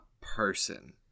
person